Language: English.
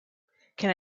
can